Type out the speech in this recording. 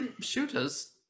shooters